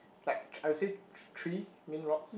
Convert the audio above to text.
like I would say three main rocks